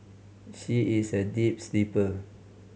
she is a deep sleeper